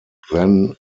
then